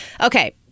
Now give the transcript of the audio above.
Okay